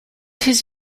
his